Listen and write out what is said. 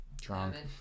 drunk